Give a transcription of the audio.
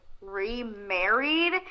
remarried